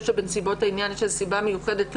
שבנסיבות העניין יש איזושהי סיבה מיוחדת,